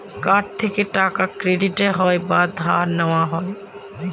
card থেকে টাকা credit হয় বা ধার নেওয়া হয়